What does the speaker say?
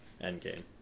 Endgame